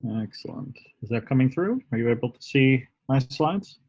excellent, is that coming through are you able to see my slides?